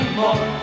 more